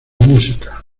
música